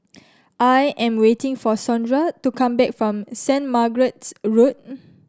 I am waiting for Sondra to come back from Saint Margaret's Road